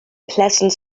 pleasant